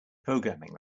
programming